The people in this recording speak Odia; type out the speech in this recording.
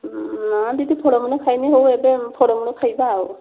ନାଁ ଦିଦି ଫଳମୂଳ ଖାଇନି ଏବେ ଫଳମୂଳ ଖାଇବା ଆଉ